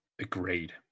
Agreed